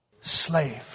slave